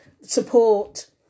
support